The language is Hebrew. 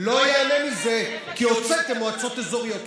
שלא ייהנה מזה, כי הוצאתם מועצות אזוריות.